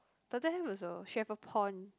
turtle have also she have a pond